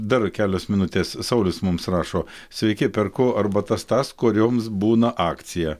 dar kelios minutės saulius mums rašo sveiki perku arbatas tas kurioms būna akcija